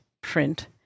print